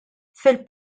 fil